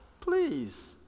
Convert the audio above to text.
please